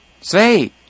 say